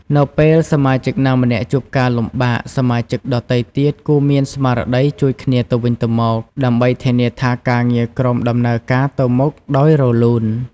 នៅពេលសមាជិកណាម្នាក់ជួបការលំបាក សមាជិកដទៃទៀតគួរមានស្មារតីជួយគ្នាទៅវិញទៅមក ដើម្បីធានាថាការងារក្រុមដំណើរការទៅមុខដោយរលូន។